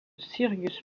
sirius